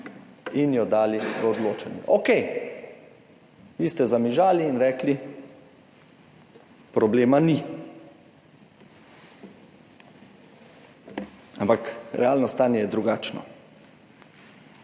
in jo dali v odločanje. Okej, vi ste zamižali in rekli, problema ni. Ampak realno stanje je drugačno.